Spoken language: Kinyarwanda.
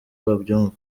babyumva